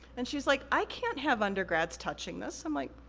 and she's like, i can't have undergrads touching this. i'm like,